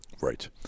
Right